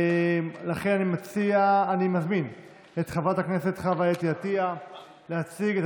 לכן אני מזמין את חברת הכנסת חוה אתי עטייה להציג את